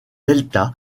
delta